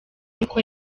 n’uko